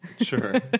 Sure